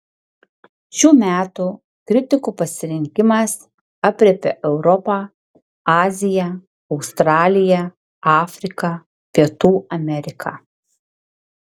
šių metų kritikų pasirinkimas aprėpia europą aziją australiją afriką pietų ameriką